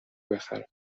بخرم